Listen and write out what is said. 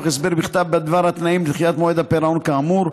הסבר בכתב בדבר התנאים לדחיית מועד הפירעון כאמור,